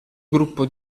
gruppo